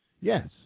yes